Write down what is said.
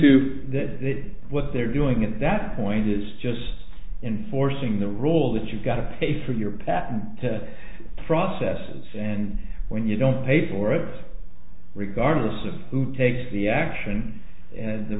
to that that what they're doing at that point is just enforcing the rule that you've got to pay for your patent to process and when you don't pay for it regardless of who takes the action and the